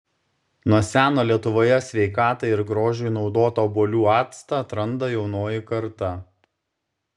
nuo seno lietuvoje sveikatai ir grožiui naudotą obuolių actą atranda jaunoji karta